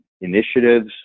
initiatives